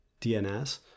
DNS